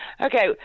Okay